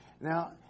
Now